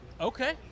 Okay